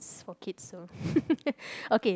is for kids so okay